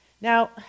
Now